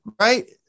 right